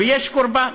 ויש קורבן.